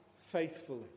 faithfully